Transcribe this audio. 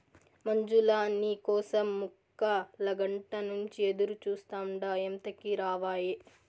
మంజులా, నీ కోసం ముక్కాలగంట నుంచి ఎదురుచూస్తాండా ఎంతకీ రావాయే